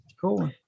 cool